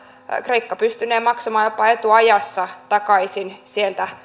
kreikka pystynee maksamaan jopa etuajassa takaisin sieltä